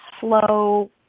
slow